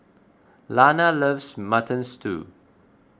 Lana loves Mutton Stew